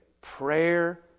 prayer